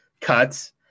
cuts